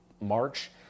March